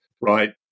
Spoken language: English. right